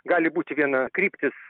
gali būti vienakryptis